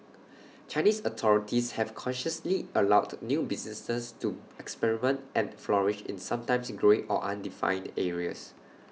Chinese authorities have cautiously allowed new businesses to experiment and flourish in sometimes grey or undefined areas